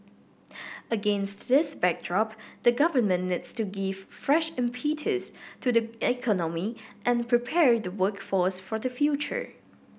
against this backdrop the Government needs to give fresh impetus to the economy and prepare the workforce for the future